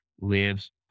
lives